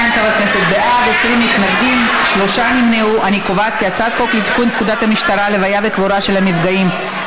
וכעת נצביע על הצעת חוק לתיקון פקודת המשטרה (לוויה וקבורה של מפגעים),